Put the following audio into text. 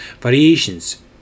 variations